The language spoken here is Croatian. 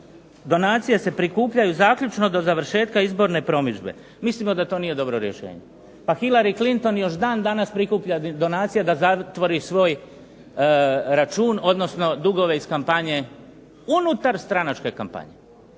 Donacije se prikupljaju zaključno do završetka izborne promidžbe. Mislimo da to nije dobro rješenje. Pa Hillary Clinton još dan danas prikuplja donacije da zatvori svoj račun, odnosno dugove iz kampanje, unutarstranačke kampanje,